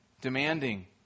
demanding